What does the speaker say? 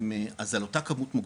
אז על אותה כמות מוגברת,